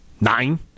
nine